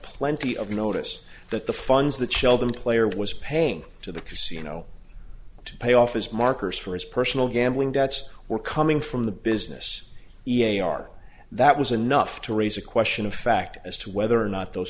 plenty of notice that the funds that sheldon player was paying to the casino to pay off his markers for his personal gambling debts were coming from the business e a are that was enough to raise a question of fact as to whether or not those